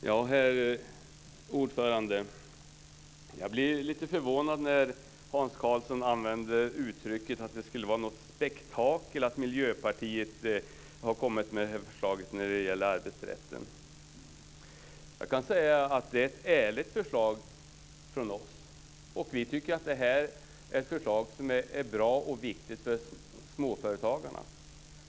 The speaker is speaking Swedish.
Herr talman! Jag blir lite förvånad när Hans Karlsson använder uttrycket spektakel om Miljöpartiets förslag när det gäller arbetsrätten. Jag kan säga att det är ett ärligt förslag från oss. Vi tycker att det är ett förslag som är bra och viktigt för småföretagarna.